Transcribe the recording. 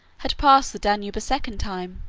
had passed the danube a second time,